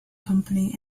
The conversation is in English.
company